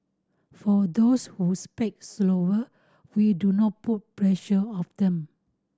for those whose pack slower we do not put pressure of them